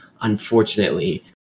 unfortunately